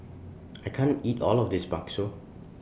I can't eat All of This Bakso